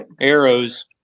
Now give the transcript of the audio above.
arrows